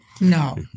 No